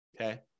Okay